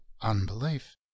unbelief